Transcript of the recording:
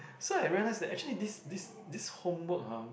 so I realise that actually this this this homework ah